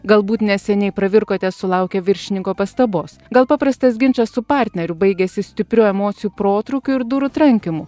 galbūt neseniai pravirkote sulaukę viršininko pastabos gal paprastas ginčas su partneriu baigėsi stiprių emocijų protrūkiu ir durų trankymu